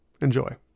Enjoy